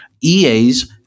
EA's